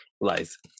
Lies